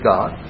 God